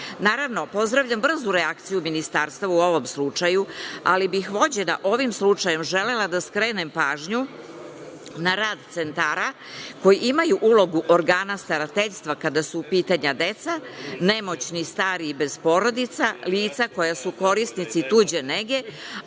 staranja. Naravno, pozdravljam brzu reakciju Ministarstva u ovom slučaju, ali bih vođena ovim slučajem želela da skrenem pažnju na rad centara, koji imaju ulogu organa starateljstva kada su u pitanju deca, nemoćni i stari i bez porodica, lica koja su korisnici tuđe nege,